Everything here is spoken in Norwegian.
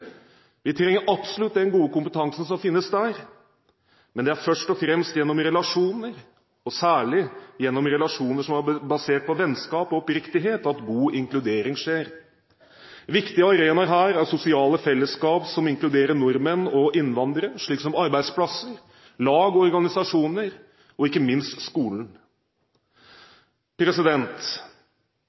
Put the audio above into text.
Vi trenger absolutt den gode kompetansen som finnes der, men det er først og fremst gjennom relasjoner, og særlig gjennom relasjoner som er basert på vennskap og oppriktighet, at god integrering skjer. Viktige arenaer her er sosiale fellesskap som inkluderer nordmenn og innvandrere, slik som arbeidsplasser, lag og organisasjoner og, ikke minst, skolen.